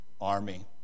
army